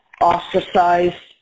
ostracized